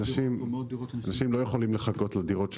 ואנשים לא יכולים לחכות לדירות שלהם,